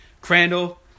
Crandall